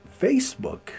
facebook